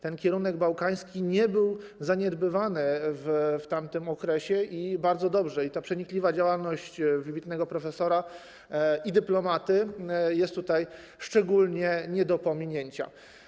Ten kierunek bałkański nie był zaniedbywany w tamtym okresie, i bardzo dobrze, a ta przenikliwa działalność wybitnego profesora i dyplomaty jest tutaj szczególnie nie do pominięcia.